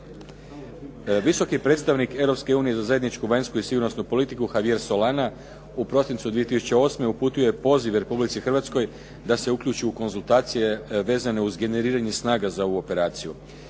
Visoki predstavnik Europske unije za zajedničku vanjsku i sigurnosnu politiku Javier Solana u prosincu 2008. uputio je poziv Republici Hrvatskoj da se uključi u konzultacije vezane uz generiranje snaga za ovu operaciju.